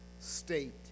state